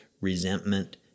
resentment